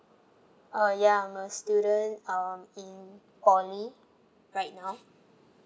oh ya I'm a student um in poly right now